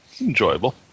enjoyable